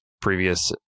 previous